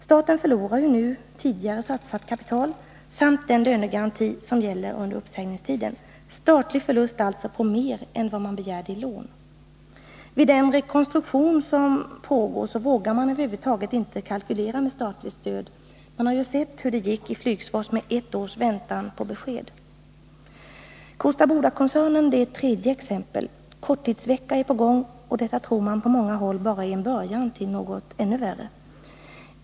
Staten förlorar nu tidigare satsat kapital samt den lönegaranti som gäller under uppsägningstiden. Det rör sig alltså om en statlig förlust på mer än vad man begärde i lån. Vid den rekonstruktion som pågår vågar man över huvud taget inte kalkylera med statligt stöd. Man har ju sett hur det gick i Flygsfors med ett års väntan på besked. Kosta Boda-koncernen är ett tredje exempel. Korttidsvecka är på gång, och detta tror man på många håll bara är en början till något ännu värre.